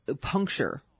puncture